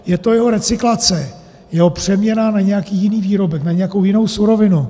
je to jeho recyklace, jeho přeměna na nějaký jiný výrobek, na nějakou jinou surovinu;